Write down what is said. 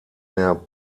mehr